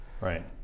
right